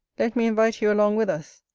let me invite you along with us.